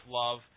love